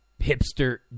hipster